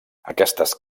aquestes